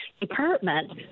department